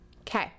Okay